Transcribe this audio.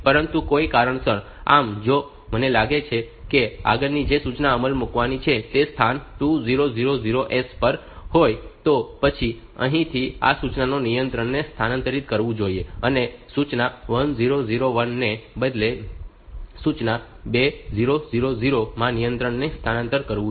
પરંતુ કોઈ કારણસર આમ જો મને લાગે કે આગળની જે સૂચના અમલમાં મૂકાવાની છે તે સ્થાન 2000s પર હોય તો પછી અહીંથી આ સૂચનાએ નિયંત્રણને સ્થાનાંતરિત કરવું જોઈએ અને સૂચના 1001 ને બદલે સૂચના 2000 માં નિયંત્રણને સ્થાનાંતરિત કરવું જોઈએ